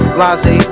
Blase